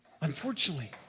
Unfortunately